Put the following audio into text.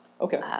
okay